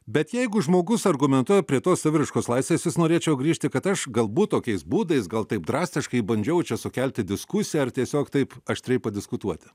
bet jeigu žmogus argumentuoja prie tos saviraiškos laisvės vis norėčiau grįžti kad aš galbūt tokiais būdais gal taip drastiškai bandžiau čia sukelti diskusiją ar tiesiog taip aštriai padiskutuoti